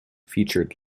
featured